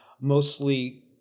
mostly